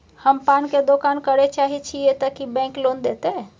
हम पान के दुकान करे चाहे छिये ते की बैंक लोन देतै?